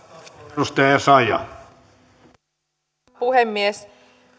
arvoisa puhemies